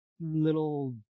little